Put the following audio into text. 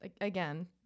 again